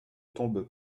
tombe